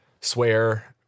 swear